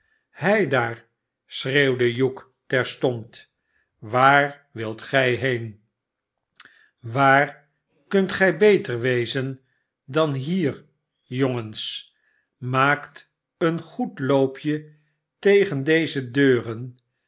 heidaar schreeuwde hugh terstond waar wilt gij heen waar kunt gij beter wezen dan hier jongens maakt een goed loopje tegen deze deuren